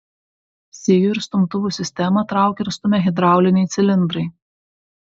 sijų ir stumtuvų sistemą traukia ir stumia hidrauliniai cilindrai